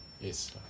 yes